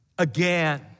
Again